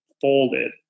folded